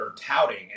touting